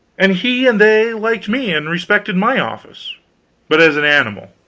and he and they liked me, and respected my office but as an animal,